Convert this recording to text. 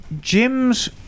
Jim's